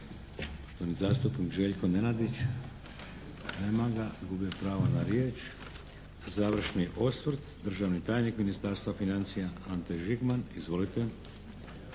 Poštovani zastupnik Željko Nenadić. Nema ga. Gubi pravo na riječ. Završni osvrt državni tajnik Ministarstva financija Ante Žigman. Izvolite!